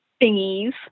thingies